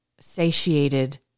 satiated